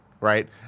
right